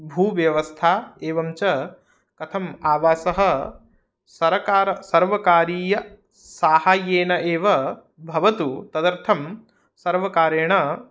भूव्यवस्था एवं च कथं आवासः सरकार सर्वकारीय साहाय्येन एव भवितुं तदर्थं सर्वकारेण